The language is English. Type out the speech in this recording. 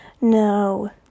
No